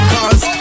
Cause